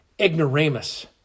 ignoramus